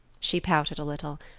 she pouted a little.